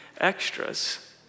extras